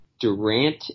Durant